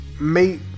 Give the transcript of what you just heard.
mate